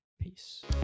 Peace